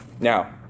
Now